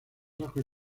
ajos